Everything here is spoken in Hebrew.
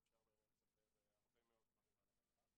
כי אפשר באמת לספר הרבה מאוד דברים על המערך.